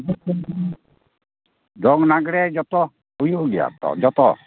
ᱫᱚᱝ ᱞᱟᱜᱽᱬᱮᱸ ᱡᱚᱛᱚ ᱦᱩᱭᱩᱜ ᱜᱮᱭᱟ ᱛᱚ ᱡᱚᱛᱚ